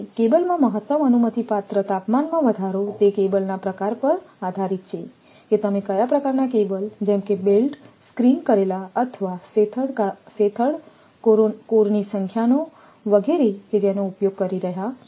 કેબલમાં મહત્તમ અનુમતિપાત્ર તાપમાનમાં વધારો તે કેબલનાં પ્રકાર પર આધારીત છે કે તમે કયા પ્રકારનાં કેબલ જેમ કે બેલ્ટ સ્ક્રિન કરેલા અથવા શેથડ કોરની સંખ્યાનો વગેરે કે જેનો ઉપયોગ કરી રહ્યા છો